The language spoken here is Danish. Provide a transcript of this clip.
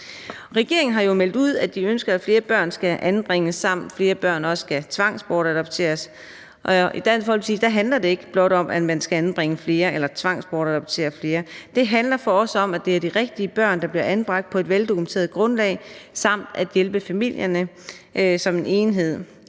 Regeringen har jo meldt ud, at de ønsker, at flere børn skal anbringes, samt at flere børn også skal tvangsbortadopteres. I Dansk Folkeparti handler det ikke blot om, at man skal anbringe flere eller tvangsbortadoptere flere; det handler for os om, at det er de rigtige børn, der bliver anbragt på et veldokumenteret grundlag, samt at hjælpe familierne som en enhed.